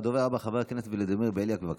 והדובר הבא, חבר הכנסת ולדימיר בליאק, בבקשה.